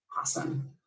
awesome